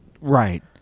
Right